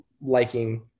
liking